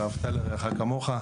ואהבת לרעך כמוך,